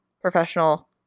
professional